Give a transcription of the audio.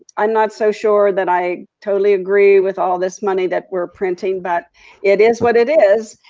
i'm not so sure that i totally agree with all this money that we're printing, but it is what it is.